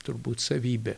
turbūt savybė